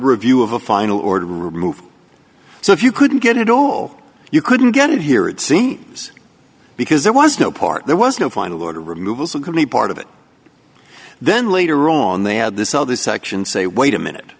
review of a final order to remove so if you couldn't get it all you couldn't get it here it seems because there was no part there was no final order removal so it could be part of it then later on they had this other section say wait a minute